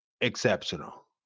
exceptional